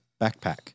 backpack